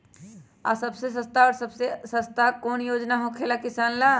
आ सबसे अच्छा और सबसे सस्ता कौन योजना होखेला किसान ला?